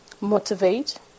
motivate